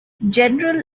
general